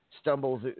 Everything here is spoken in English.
Stumbles